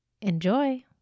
Enjoy